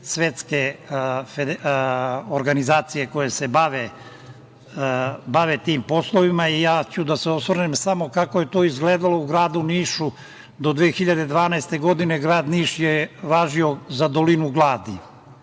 svetske organizacije koje se bave tim poslovima. Ja ću da se osvrnem samo kako je to izgledalo u gradu Nišu. Do 2012. godine je važio za dolinu gladi,